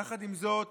יחד עם זאת